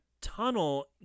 tunnel